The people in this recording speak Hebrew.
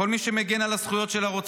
כל מי שמגן על הזכויות של הרוצחים,